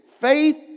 faith